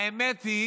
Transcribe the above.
האמת היא